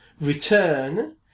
return